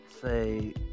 say